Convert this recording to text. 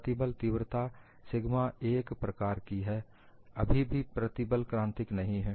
प्रतिबल तीव्रता सिग्मा 1 प्रकार की है अभी भी प्रतिबल क्राांतिक नहीं है